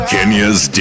Kenya's